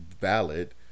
Valid